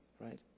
right